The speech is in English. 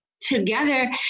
together